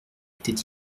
était